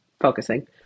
focusing